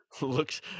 looks